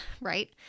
right